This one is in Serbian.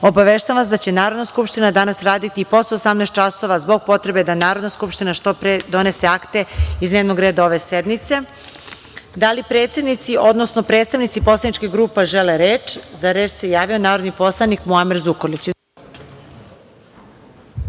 obaveštavam vas da će Narodna skupština danas raditi i posle 18.00 časova, zbog potrebe da Narodna skupština što pre donese akte iz dnevnog reda ove sednice. Da li predsednici, odnosno predstavnici poslaničkih grupa žele reč? Za reč se javio narodni poslanik Muamer Zukorlić.